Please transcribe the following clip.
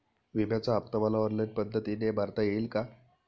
विम्याचा हफ्ता मला ऑनलाईन पद्धतीने भरता येईल का?